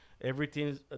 Everything's